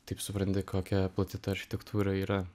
taip supranti kokia plati ta architektūra yra